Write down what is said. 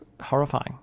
horrifying